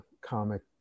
comic